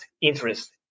interest